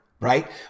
right